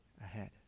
ahead